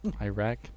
Iraq